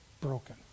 broken